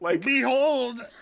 behold